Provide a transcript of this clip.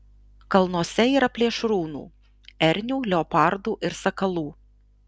kalnuose yra plėšrūnų ernių leopardų ir sakalų